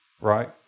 right